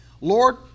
Lord